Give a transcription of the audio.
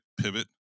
pivot